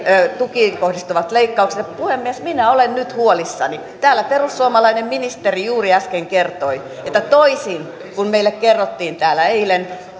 tukiin kohdistuvat leikkaukset puhemies minä olen nyt huolissani täällä perussuomalainen ministeri juuri äsken kertoi että toisin kuin meille kerrottiin täällä eilen